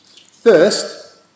First